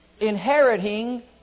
inheriting